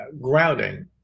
grounding